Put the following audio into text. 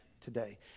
today